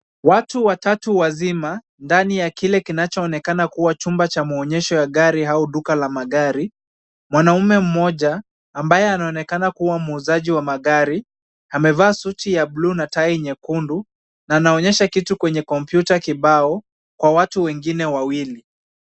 Watu watatu wazima, ndani ya kile kinachoonekana kuwa chumba cha muonyesho ya gari au duka la magari. Mwanaume mmoja ambaye anaonekana kuwa muuzaji wa magari, amevaa suti ya buluu na tai nyekundu na anaonyesha kitu kwenye kompyuta kibao kwa watu wengine wawili.